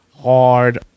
hard